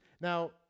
Now